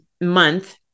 month